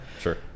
Sure